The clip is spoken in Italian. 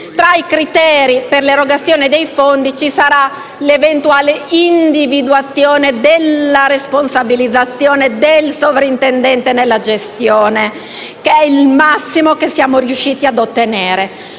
tra i criteri per l'erogazione dei fondi ci sarà l'eventuale individuazione della responsabilizzazione del sovrintendente nella gestione, che è il massimo che siamo riusciti ad ottenere.